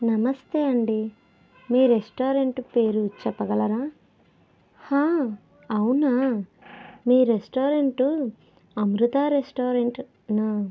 నమస్తే అండి మీరు రెస్టారెంట్ పేరు చెప్పగలరా అవునా మీ రెస్టారెంట్ అమృత రెస్టారెంటేనా